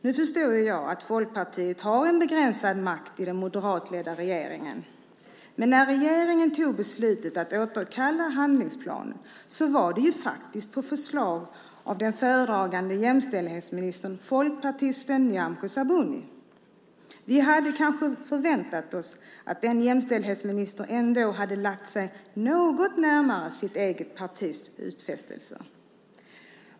Nu förstår ju jag att Folkpartiet har en begränsad makt i den moderatledda regeringen, men när regeringen fattade beslutet om att återkalla handlingsplanen var det faktiskt på förslag av den föredragande jämställdhetsministern, folkpartisten Nyamko Sabuni. Vi hade kanske förväntat oss att den jämställdhetsministern ändå hade lagt sig något närmare sitt eget partis utfästelser.